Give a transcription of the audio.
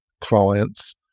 clients